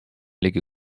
ligi